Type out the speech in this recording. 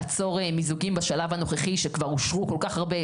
לעצור מיזוגים בשלב הנוכחי שכבר אושרו כל כך הרבה,